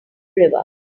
river